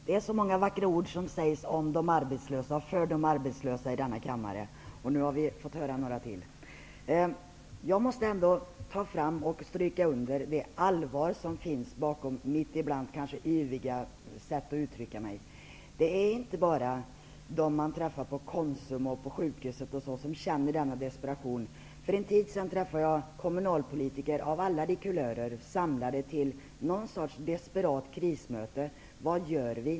Herr talman! Många vackra ord sägs i denna kammare om och för de arbetslösa. Nu har vi fått höra några till. Jag måste ändå betona det allvar som finns bakom mitt ibland kanske yviga sätt att uttrycka mig. Det är inte bara de man träffar på t.ex. Konsum och sjukhuset som känner denna desperation. För en tid sedan träffade jag kommunalpolitiker av alla de kulörer, samlade till något slags desperat krismöte. Vad gör vi?